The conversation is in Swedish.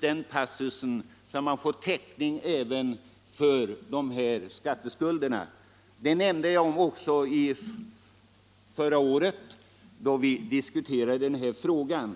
en passus om detta, så att de får täckning även för skatteskulderna. Detta nämnde jag också förra året, då vi diskuterade denna fråga.